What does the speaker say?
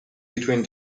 between